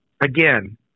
again